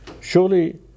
Surely